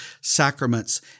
sacraments